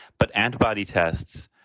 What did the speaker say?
but antibody tests,